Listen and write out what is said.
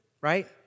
right